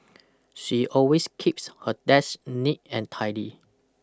she always keeps her desk neat and tidy